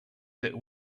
that